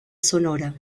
sonora